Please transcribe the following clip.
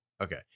Okay